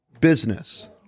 business